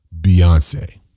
Beyonce